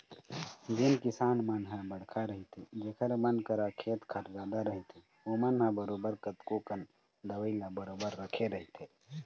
जेन किसान मन ह बड़का रहिथे जेखर मन करा खेत खार जादा रहिथे ओमन ह बरोबर कतको कन दवई ल बरोबर रखे रहिथे